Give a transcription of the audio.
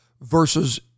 versus